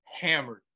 hammered